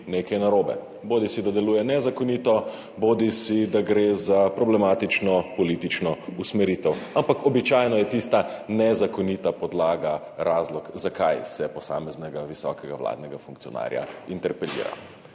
nekaj narobe, bodisi da deluje nezakonito, bodisi da gre za problematično politično usmeritev, ampak običajno je tista nezakonita podlaga razlog, zakaj se posameznega visokega vladnega funkcionarja interpelira,.